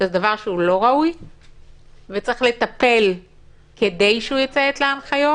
שזה דבר שהוא לא ראוי וצריך לטפל כדי שהוא יציית להנחיות.